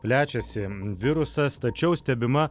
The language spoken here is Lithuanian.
plečiasi virusas tačiau stebima